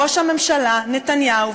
ראש הממשלה נתניהו,